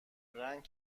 رنگ